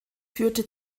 führte